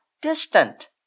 distant